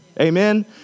Amen